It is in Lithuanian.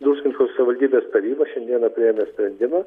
druskininkų savivaldybės taryba šiandieną priėmė sprendimą